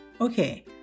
Okay